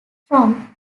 from